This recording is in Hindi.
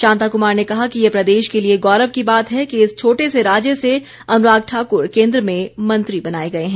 शांता कुमार ने कहा कि ये प्रदेश के लिए गौरव की बात है कि इस छोटे से राज्य से अनुराग ठाकुर केन्द्र में मंत्री बनाए गए हैं